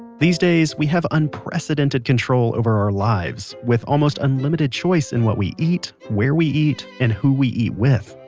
these days, we have unprecedented control over our lives, with almost unlimited choice in what we eat, where we eat, and who we eat with.